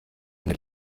eine